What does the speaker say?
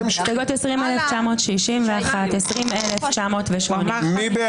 21,020. מי בעד?